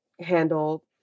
handle